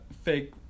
fake